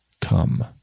come